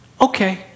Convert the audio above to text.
okay